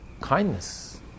kindness